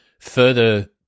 further